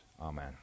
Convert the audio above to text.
Amen